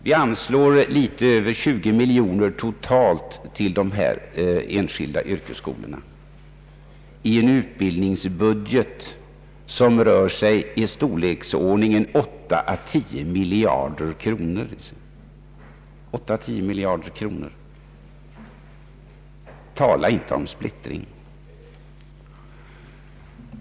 Vi anslår totalt något över 20 miljoner kronor till dessa enskilda yrkesskolor i en utbildningsbudget, som rör sig om 8&—10 miljarder kronor. Tala inte om splittring!